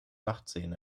nachtsehen